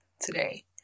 today